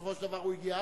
שבסופו של דבר הוא הגיע.